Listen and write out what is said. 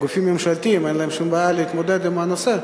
גופים ממשלתיים אין להם שום בעיה להתמודד עם הנושא.